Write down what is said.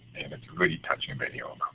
and it's a really touching video.